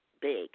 big